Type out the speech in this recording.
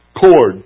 Cord